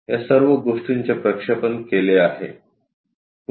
या सर्व गोष्टींचे प्रक्षेपण केले आहे